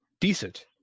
decent